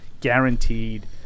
guaranteed